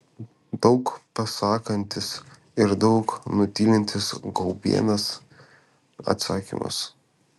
daug pasakantis ir daug nutylintis gaubienės atsakymas